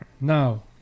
Now